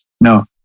No